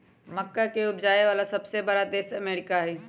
मक्का के उपजावे वाला सबसे बड़ा देश अमेरिका हई